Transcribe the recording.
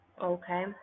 Okay